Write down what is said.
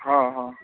ᱦᱮᱸ ᱦᱮᱸ